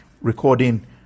recording